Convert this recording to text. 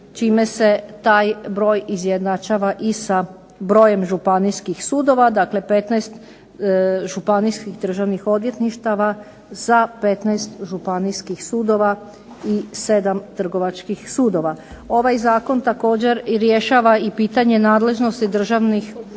Čime se taj broj izjednačava sa brojem županijskih sudova, dakle 15 županijskih državnih odvjetništava za 15 županijskih sudova i 7 trgovačkih sudova. Ovaj Zakon također i rješava pitanja nadležnosti državnih odvjetništava